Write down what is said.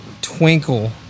twinkle